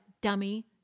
Dummy